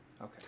Okay